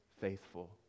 faithful